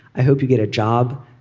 i hope you get a job.